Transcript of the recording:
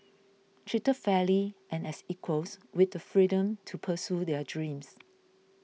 treated fairly and as equals with the freedom to pursue their dreams